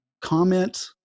comment